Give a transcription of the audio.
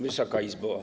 Wysoka Izbo!